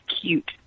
cute